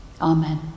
Amen